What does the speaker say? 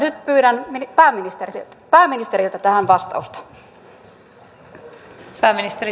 ja nyt pyydän pääministeriltä tähän vastausta